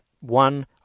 one